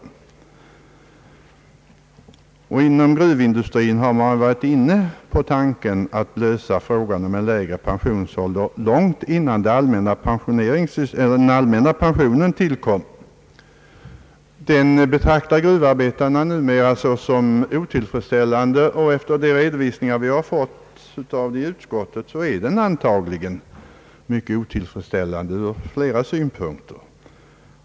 Inom gruvindustrin har man avtalsvägen sökt lösa frågan om lägre pensionsålder långt innan den allmänna pensionen tillkom. Den lösning som nåtts betraktar gruvarbetarna numera såsom otillfredsställande. Efter den redovisning vi har fått i utskottet förefaller den otillfredsställande ur flera syn punkter.